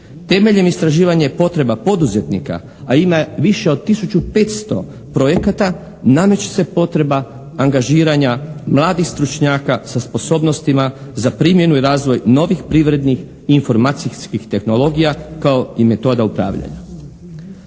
Temeljem istraživanja i potreba poduzetnika a ima više od 1500 projekata nameće se potreba angažiranja mladih stručnjaka sa sposobnostima za primjenu i razvoj novih privrednih informacijskih tehnologija kao i metoda upravljanja.